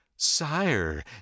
Sire